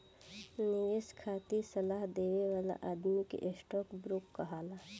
निवेश खातिर सलाह देवे वाला आदमी के स्टॉक ब्रोकर कहाला